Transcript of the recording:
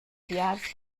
biars